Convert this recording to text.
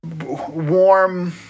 warm